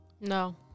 no